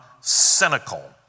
cynical